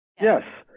Yes